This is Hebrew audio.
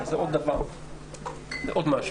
אבל זה עוד דבר ועוד משהו.